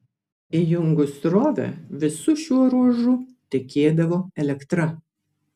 įjungus srovę visu šiuo ruožu tekėdavo elektra